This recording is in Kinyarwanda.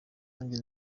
nanjye